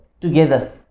Together